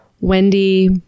Wendy